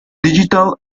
digital